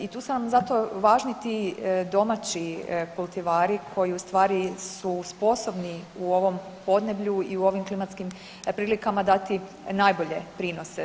I tu su važni zato ti domaći kultivari koji u stvari su sposobni u ovom podneblju i u ovim klimatskim prilikama dati najbolje prinose.